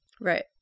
Right